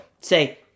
say